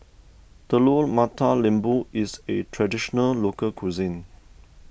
Telur Mata Lembu is a Traditional Local Cuisine